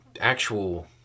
actual